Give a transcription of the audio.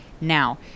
Now